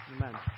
amen